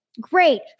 Great